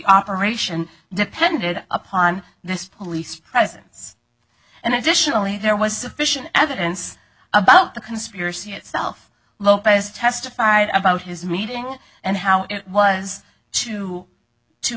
operation depended upon this police presence and additionally there was sufficient evidence about the conspiracy itself lopez testified about his meeting and how it was to to